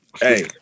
hey